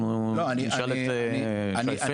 אנחנו נשאל את יושב ראש הסוכנות.